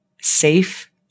safe